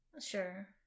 Sure